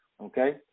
Okay